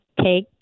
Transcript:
take